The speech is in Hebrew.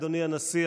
אדוני הנשיא,